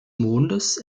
mondes